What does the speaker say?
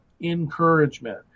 encouragement